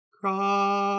cry